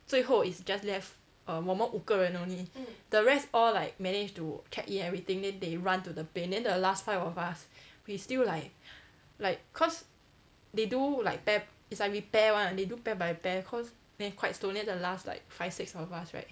最后 is just left um 我们五个人 only the rest all like managed to check in everything then they run to the plane then the last five of us we still like like cause they do like pair it's like we pair [one] they do pair by pair cause then quite slow then the last like five six of us right